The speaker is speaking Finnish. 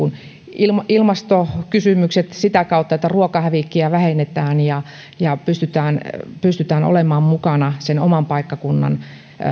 ilmastokysymykset sitä kautta että ruokahävikkiä vähennetään ja ja pystytään pystytään olemaan mukana sen oman paikkakunnan